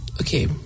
Okay